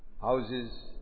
Houses